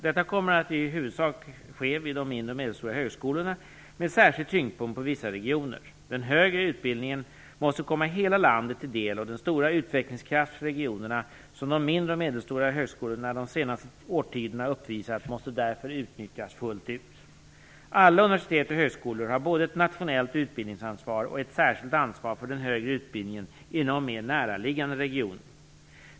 Detta kommer i huvudsak att ske vid de mindre och medelstora högskolorna med särskild tyngdpunkt på vissa regioner. Den högre utbildningen måste komma hela landet till del, och den stora utvecklingskraft för regioner som de mindre och medelstora högskolorna de senaste årtiondena har uppvisat måste därför utnyttjas fullt ut. Alla universitet och högskolor har både ett nationellt utbildningsansvar och ett särskilt ansvar för den högre utbildningen inom mer näraliggande regioner.